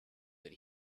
that